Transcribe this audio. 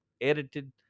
edited